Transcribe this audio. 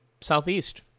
Southeast